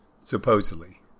Supposedly